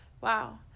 wow